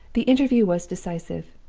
the interview was decisive.